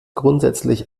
grundsätzlich